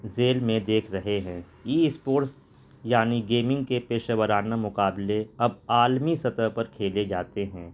ذیل میں دیکھ رہے ہیں ای اسپورٹس یعنی گیمنگ کے پیشہ ورانہ مقابلے اب عالمی سطح پر کھیلے جاتے ہیں